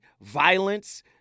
violence